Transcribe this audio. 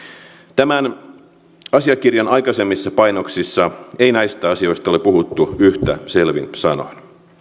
tämän asiakirjan aikaisemmissa painoksissa ei näistä asioista ole puhuttu yhtä selvin sanoin